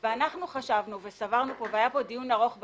אנחנו חשבנו וסברנו, והיה כאן דיון ארוך בנושא,